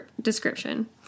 description